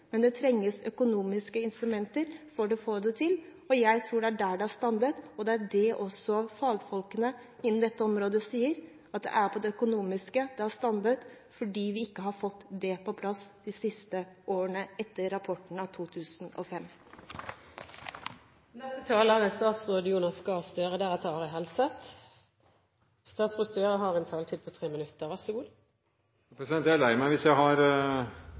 men det trengs økonomiske incitamenter for å få det til. Jeg tror det er der det har strandet. Også fagfolkene innen dette området sier at det er på grunn av økonomien det har strandet når vi ikke har fått mer på plass i løpet av alle disse årene siden 2005. Jeg er lei meg hvis jeg har tråkket representanten på tærne ved å ikke trekke 14 år fra 2013 og skjønne at vi da er